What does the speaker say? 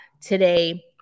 today